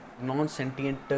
Non-sentient